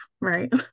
right